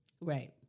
Right